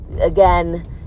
again